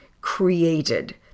created